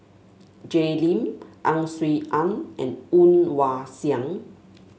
Jay Lim Ang Swee Aun and Woon Wah Siang